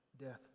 death